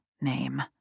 name